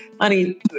Honey